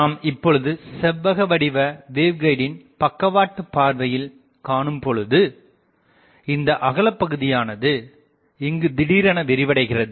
நாம் இப்பொழுது செவ்வகவடிவ வேவ்கைடின் பக்கவாட்டு பார்வையில் காணும்பொழுது இந்த அகலபகுதியானது இங்குத்திடீரென விரிவடைகிறது